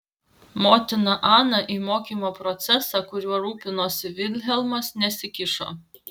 motina ana į mokymo procesą kuriuo rūpinosi vilhelmas nesikišo